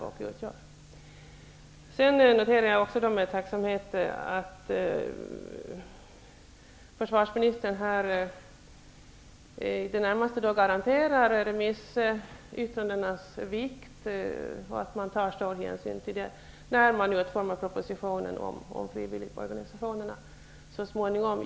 Jag noterar också med tacksamhet att försvarsministern i det närmaste garanterar remissyttrandenas vikt och att man tar stor hänsyn till dem när man så småningom utformar propositionen om frivilligorganisationerna.